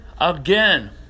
again